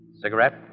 Cigarette